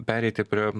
pereiti prie